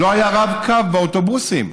לא היה רב-קו באוטובוסים.